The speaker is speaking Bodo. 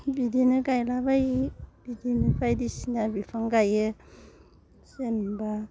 बिदिनो गायलाबायो बिदिनो बायदिसिना बिफां गायो जेनेबा